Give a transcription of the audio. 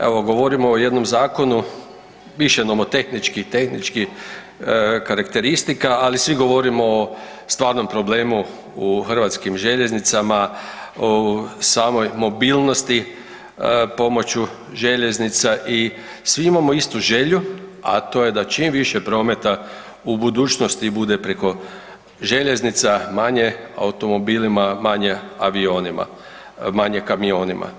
Evo govorimo o jednom zakonu, više nomotehničkih i tehničkih karakteristika, ali svi govorimo o stvarnom problemu u HŽ-u u samoj mobilnosti pomoću željeznica i svi imamo istu želju, a to je da čim više prometa u budućnosti bude preko željeznica, manje automobilima, manje avionima, manje kamionima.